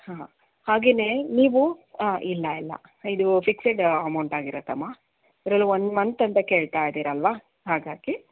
ಹಾಂ ಹಾಗೆಯೇ ನೀವು ಇಲ್ಲ ಇಲ್ಲ ಇದು ಫಿಕ್ಸ್ಡ್ ಅಮೌಂಟ್ ಆಗಿರತ್ತಮ್ಮ ಅದರಲ್ಲೂ ಒನ್ ಮಂತ್ ಅಂತ ಕೇಳ್ತಾಯಿದ್ದೀರ ಅಲ್ವಾ ಹಾಗಾಗಿ